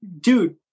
dude